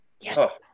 Yes